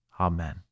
Amen